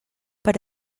per